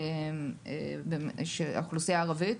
האוכלוסייה הערבית.